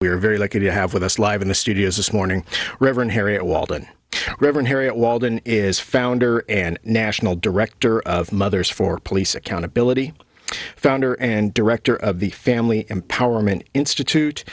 we are very lucky to have with us live in the studio this morning reverend harriet walden reverend harriet walden is founder and national director of mothers for police accountability founder and director of the family empowerment institute